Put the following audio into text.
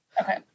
Okay